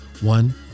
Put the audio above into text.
one